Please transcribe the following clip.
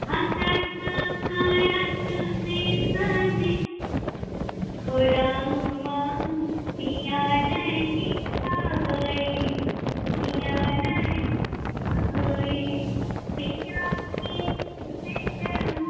हँसत करत विष देखू हो रामा पिया नहीं आये पिया नहीं आये पिया बिनु सेज मोर